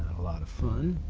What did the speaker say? a lot of fun.